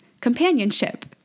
companionship